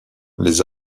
les